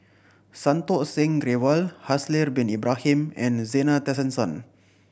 Santokh Singh Grewal Haslir Bin Ibrahim and the Zena Tessensohn